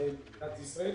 במדינת ישראל,